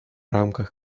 рамках